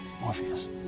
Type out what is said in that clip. Morpheus